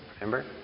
remember